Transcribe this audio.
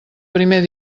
primer